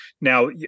now